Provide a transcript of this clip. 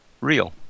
real